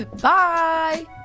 Bye